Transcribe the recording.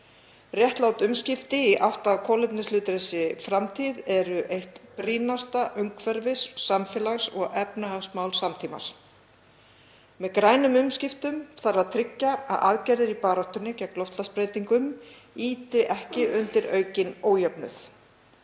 Réttlát umskipti í átt að kolefnishlutlausri framtíð eru eitt brýnasta umhverfis-, samfélags- og efnahagsmál samtímans. Með grænum umskiptum þarf að tryggja að aðgerðir í baráttunni gegn loftslagsbreytingum ýti ekki undir aukinn ójöfnuð.